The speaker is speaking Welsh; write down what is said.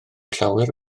llawer